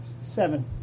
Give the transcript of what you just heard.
Seven